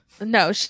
No